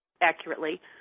accurately